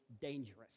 dangerous